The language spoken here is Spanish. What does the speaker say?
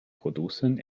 producen